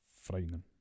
frightening